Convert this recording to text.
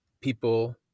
people